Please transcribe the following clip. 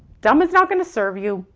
dumb is not gonna serve you.